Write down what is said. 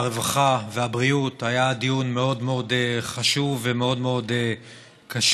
הרווחה והבריאות היה דיון מאוד מאוד חשוב ומאוד מאוד קשה,